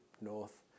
north